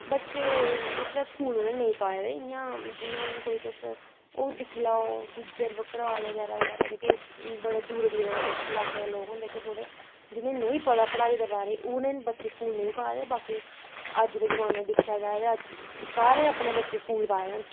बच्चे मतलव उनैं स्कूल नेईं पाए दे जियां हून तुस कोई हून दिक्खी लैओ गुज्जर बक्करबाल बगैरा बगैरा जेह्के बड़े दूरा दूरा इलाके दे लोग होंदे जेह्के थोह्ड़े जिनें नेईं पता पढ़ाई दे बारे च उनें बच्चे नेईं पाए दे बाकी अज्ज दे जमाने च दिक्खेआ जाए ते सारें बच्चे स्कूल पाए दे न